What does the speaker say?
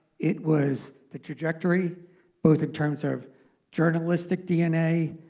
it was the trajectory both in terms of journalistic dna,